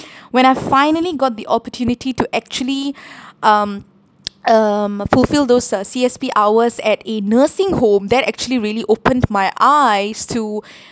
when I finally got the opportunity to actually um um fulfill those uh C_S_P hours at a nursing home that actually really opened my eyes to